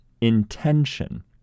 intention